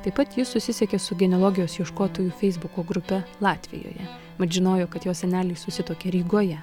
taip pat jis susisiekė su genealogijos ieškotojų feisbuko grupe latvijoje mat žinojo kad jo seneliai susituokė rygoje